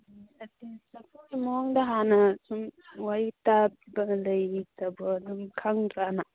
ꯆꯐꯨꯒꯤ ꯃꯑꯣꯡꯗ ꯍꯥꯟꯅ ꯁꯨꯝ ꯋꯥꯔꯤ ꯇꯥꯕꯒ ꯂꯩꯇꯕ꯭ꯔꯣ ꯅꯪ ꯈꯪꯗ꯭ꯔꯣ ꯍꯥꯟꯅ